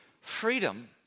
freedom